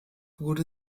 wurde